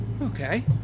Okay